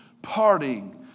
partying